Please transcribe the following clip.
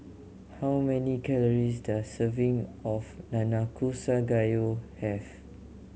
how many calories does serving of Nanakusa Gayu have